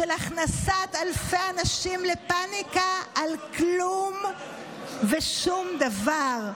של הכנסת אלפי אנשים לפניקה על כלום ושום דבר,